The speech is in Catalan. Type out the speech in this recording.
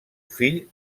fill